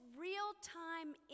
real-time